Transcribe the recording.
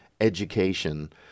education